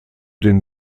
den